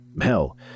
Hell